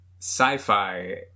sci-fi